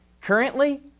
Currently